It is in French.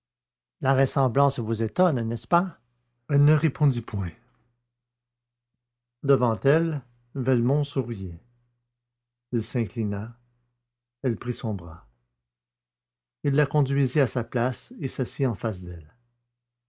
la ressemblance vous étonne n'est-ce pas elle ne répondit point devant elle velmont souriait il s'inclina elle prit son bras il la conduisit à sa place et s'assit en face d'elle